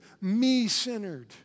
me-centered